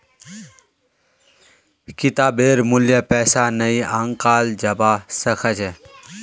किताबेर मूल्य पैसा नइ आंकाल जबा स ख छ